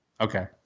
Okay